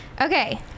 Okay